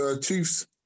Chiefs